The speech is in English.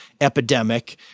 epidemic